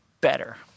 better